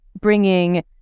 bringing